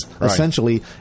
essentially